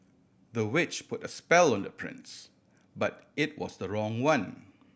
the witch put a spell on the prince but it was the wrong one